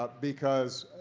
but because